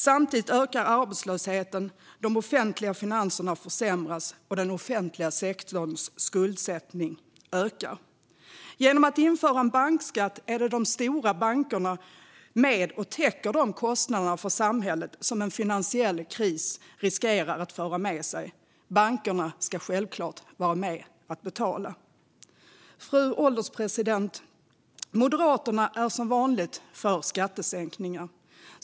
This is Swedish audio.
Samtidigt ökar arbetslösheten, de offentliga finanserna försämras och den offentliga sektorns skuldsättning ökar. Genom att införa en bankskatt är de stora bankerna med och täcker de kostnader för samhället som en finansiell kris riskerar att föra med sig. Bankerna ska självklart vara med och betala. Fru ålderspresident! Moderaterna är som vanligt för skattesänkningar.